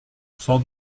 sans